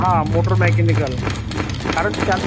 हा motor mechanical कारण त्यात